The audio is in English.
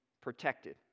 protected